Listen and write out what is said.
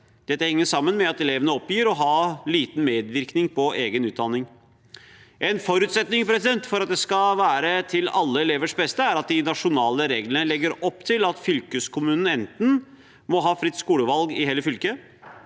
Dette henger sammen med at elevene oppgir å ha liten medvirkning på egen utdanning. En forutsetning for at det skal være til alle elevers beste, er at de nasjonale reglene legger opp til at fylkeskommunene enten må ha fritt skolevalg i hele fylket